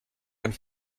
und